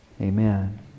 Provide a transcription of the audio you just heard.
Amen